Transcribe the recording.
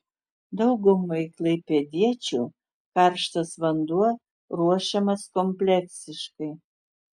daugumai klaipėdiečių karštas vanduo ruošiamas kompleksiškai